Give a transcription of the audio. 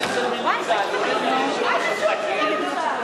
אני מחכה שיסיימו שם את הוויכוח שלהם.